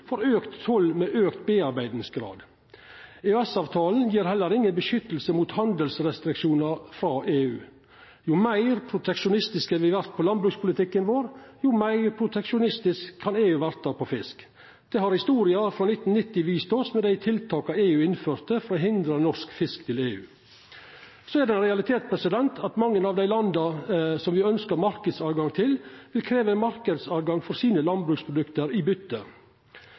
toll med auka grad av tilarbeiding. EØS-avtalen gjev heller ikkje vern mot handelsrestriksjonar frå EU. Jo meir proteksjonistiske me vert i landbrukspolitikken vår, jo meir proteksjonistisk kan EU verta på fisk. Det har historia frå 1990 vist oss, med dei tiltaka EU innførte for å hindra norsk fisk til EU. Det er også ein realitet at mange av dei landa som me ønskjer marknadstilgang til, vil krevja marknadstilgang for sine landbruksprodukt i